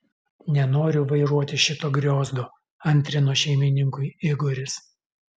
nenoriu vairuoti šito griozdo antrino šeimininkui igoris